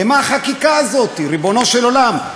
לְמה החקיקה הזאת, ריבונו של עולם?